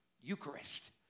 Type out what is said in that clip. Eucharist